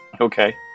Okay